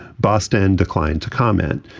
boston declined to comment.